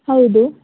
ಹೌದು